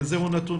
זה הוא נתון,